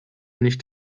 nicht